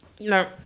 no